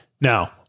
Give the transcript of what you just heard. Now